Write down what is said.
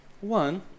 One